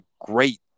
great